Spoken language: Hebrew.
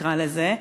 נקרא לזה,